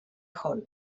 hall